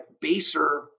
baser